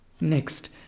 Next